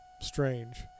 strange